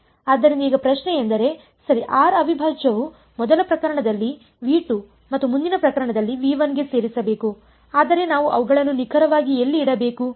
ಆದ್ದರಿಂದ ಈಗ ಪ್ರಶ್ನೆಯೆಂದರೆಸರಿ r ಅವಿಭಾಜ್ಯವು ಮೊದಲ ಪ್ರಕರಣದಲ್ಲಿ ವಿ2 ಮತ್ತು ಮುಂದಿನ ಪ್ರಕರಣದಲ್ಲಿ ವಿ1 ಗೆ ಸೇರಿರಬೇಕು ಆದರೆ ನಾನು ಅವುಗಳನ್ನು ನಿಖರವಾಗಿ ಎಲ್ಲಿ ಇಡಬೇಕು